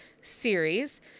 series